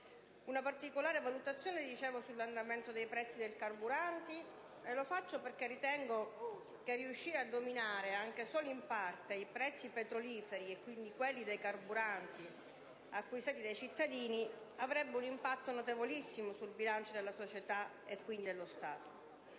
una particolare valutazione sull'andamento dei prezzi dei carburanti, perché ritengo che riuscire a dominare, anche solo in parte, i prezzi petroliferi, e quindi quelli dei carburanti acquistati dai cittadini, avrebbe un impatto notevolissimo sul bilancio della società, quindi dello Stato.